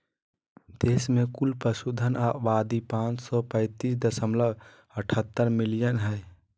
देश में कुल पशुधन आबादी पांच सौ पैतीस दशमलव अठहतर मिलियन हइ